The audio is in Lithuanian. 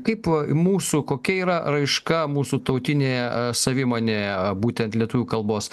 kaip mūsų kokia yra raiška mūsų tautinėje savimonėje būtent lietuvių kalbos